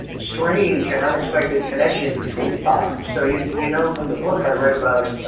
strange and unexpected connection between fathers. so you you know, from the book i read about